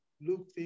Luke